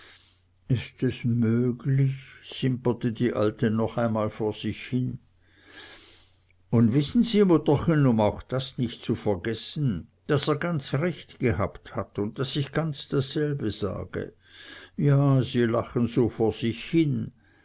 is es möglich simperte die alte noch einmal vor sich hin und wissen sie mutterchen um auch das nicht zu vergessen daß er ganz recht gehabt hat und daß ich ganz dasselbe sage ja sie lachen so vor sich hin